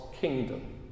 kingdom